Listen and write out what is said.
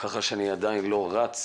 כך שאני עדיין לא רץ